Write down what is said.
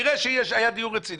נראה שהיה דיון רציני,